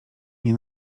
nie